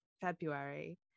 February